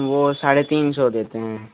वह साढ़े तीन सौ देते हैं